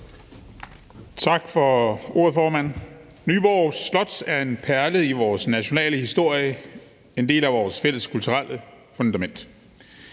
Tak for ordet, formand. Nyborg Slot er en perle i vores nationale historie og en del af vores fælles kulturelle fundament.